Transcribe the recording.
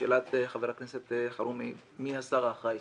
לשאלת חבר הכנסת סעיד אלחרומי מי השר האחראי.